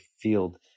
field